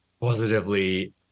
positively